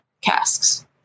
casks